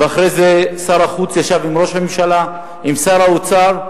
ואחרי זה שר החוץ ישב עם ראש הממשלה, עם שר האוצר.